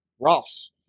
Ross